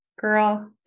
Girl